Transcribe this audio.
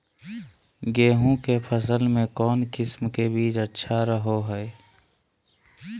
गेहूँ के फसल में कौन किसम के बीज अच्छा रहो हय?